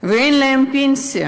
ואין להם פנסיה,